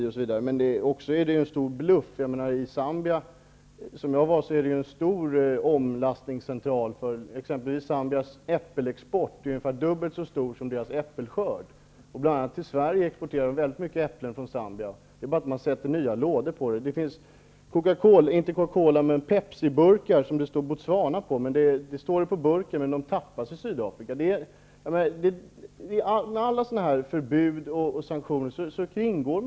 Men det hela är en stor bluff. I Zambia, där jag var, finns en stor omlastningscentral för exempelvis Zambias äppelexport. Den är dubbelt så stor som äppelskörden i Zambia. Till bl.a. Sverige importeras väldigt mycket äpplen från Zambia. Man har bara bytt till nya lådor. Det finns Pepsiburkar där det står Botswana, men de tappas i Sydafrika. Alla förbud och sanktioner kringgås.